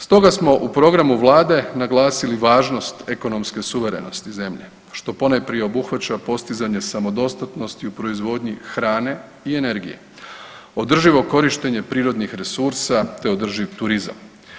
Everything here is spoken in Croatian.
Stoga smo u programu Vlade naglasili važnost ekonomske suverenosti zemlje, što ponajprije obuhvaća postizanje samodostatnosti u proizvodnji hrane i energije, održivo korištenje prirodnih resursa te održiv turizam.